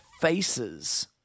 faces